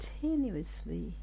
continuously